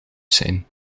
zijn